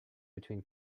between